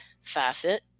facet